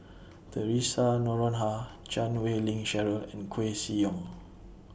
Theresa Noronha Chan Wei Ling Cheryl and Koeh Sia Yong